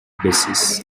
basis